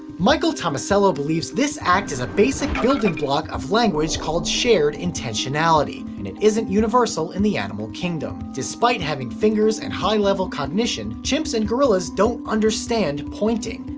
michael tomasello believes this act is a basic building block of language called shared intentionality and it isn't universal in the animal kingdom. despite having fingers and high-level cognition, chimps and gorillas don't understand pointing.